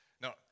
No